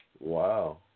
Wow